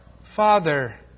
father